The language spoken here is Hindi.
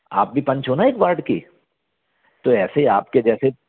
आप भी पंच हो ना एक वार्ड की तो ऐसे ही आपके जैसे